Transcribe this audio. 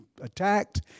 attacked